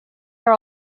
are